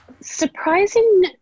surprising